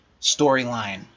storyline